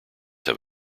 have